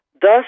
Thus